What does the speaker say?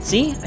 See